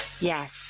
Yes